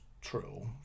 true